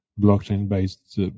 blockchain-based